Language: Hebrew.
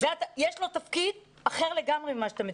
יש לו תפקיד אחר לגמרי ממה שאתה מציג.